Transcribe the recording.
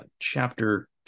chapter